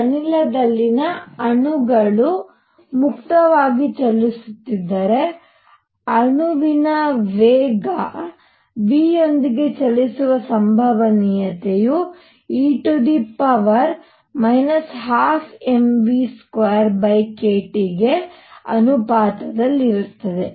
ಆದ್ದರಿಂದ ಅನಿಲದಲ್ಲಿನ ಅಣುಗಳು ಮುಕ್ತವಾಗಿ ಚಲಿಸುತ್ತಿದ್ದರೆ ಅಣು ವೇಗ v ಯೊಂದಿಗೆ ಚಲಿಸುವ ಸಂಭವನೀಯತೆಯು e 12mv2kT ಗೆ ಅನುಪಾತದಲ್ಲಿರುತ್ತದೆ